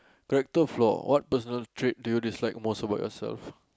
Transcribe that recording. character flaw what personal trait do you dislike most about yourself